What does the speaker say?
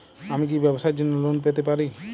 আমি কি ব্যবসার জন্য লোন পেতে পারি?